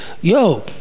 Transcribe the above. Yo